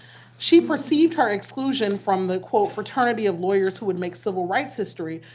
she perceived her exclusion from the quote, fraternity of lawyers who would make civil rights history,